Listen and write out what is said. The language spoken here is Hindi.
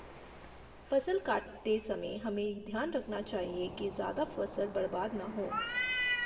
फसल काटते समय हमें ध्यान रखना चाहिए कि ज्यादा फसल बर्बाद न हो